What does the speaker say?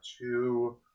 two